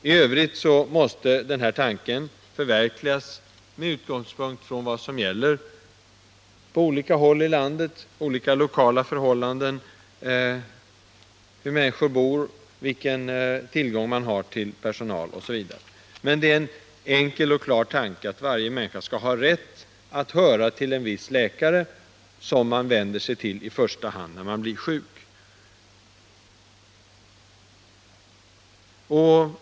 I övrigt måste den här tanken förverkligas med utgångspunkt i vad som gäller på olika håll i landet — olika lokala förhållanden, hur människor bor, vilken tillgång man har till personal osv. Men det är en enkel och klar tanke: att varje människa skall ha rätt att höra till en viss läkare som man vänder sig till i första hand när man blir sjuk.